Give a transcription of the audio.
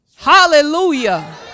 Hallelujah